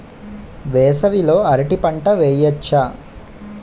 వేసవి లో అరటి పంట వెయ్యొచ్చా?